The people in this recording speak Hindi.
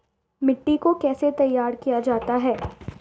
मिट्टी को कैसे तैयार किया जाता है?